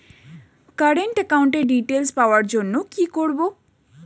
Current একাউন্টের details পাওয়ার জন্য কি করব?